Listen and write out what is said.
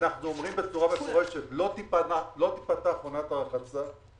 אנחנו אומרים בצורה מפורשת, לא תיפתח עונת הרחצה.